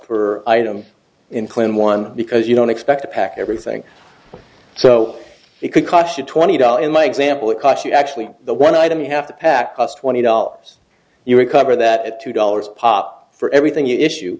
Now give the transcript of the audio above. for item in clinton one because you don't expect to pack everything so it could cost you twenty dollars in my example it costs you actually the one item you have to pack plus twenty dollars you recover that at two dollars a pop for everything issue